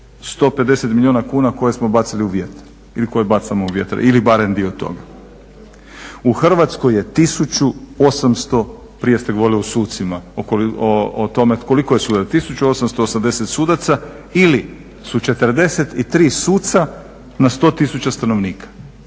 150 milijuna kuna koje smo bacili u vjetar ili koje bacamo u vjetar ili barem bio toga. U Hrvatskoj je 1880, prije ste govorili o sucima o tome koliko je sudaca, 1880 sudaca ili su 43 suca na 100 tisuća stanovnika,